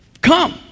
Come